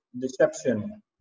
deception